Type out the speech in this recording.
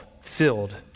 filled